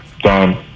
done